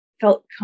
felt